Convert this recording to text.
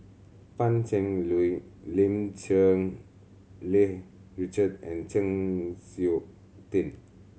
Pan Cheng Lui Lim Cherng Yih Richard and Chng Seok Tin